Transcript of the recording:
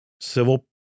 civil